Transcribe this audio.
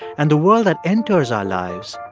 and the world that enters our lives